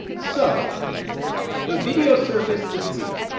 so a video surfaced this week